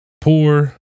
poor